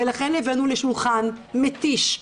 ולכן הבאנו לשולחן מתיש,